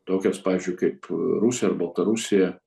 tokias pavyzdžiui kaip rusija ir baltarusija